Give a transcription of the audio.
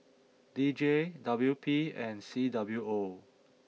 D J W P and C W O